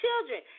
children